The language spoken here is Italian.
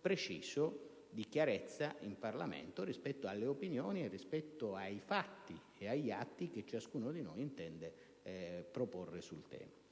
preciso punto di chiarezza in Parlamento rispetto alle opinioni e rispetto ai fatti e agli atti che ciascuno di noi intende proporre sul tema.